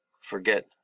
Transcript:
Forget